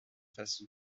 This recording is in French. façon